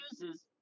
chooses